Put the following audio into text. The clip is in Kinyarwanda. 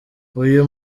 uyu